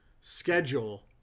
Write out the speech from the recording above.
schedule